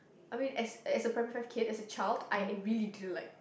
I mean as as a primary five kid as a child I really didn't like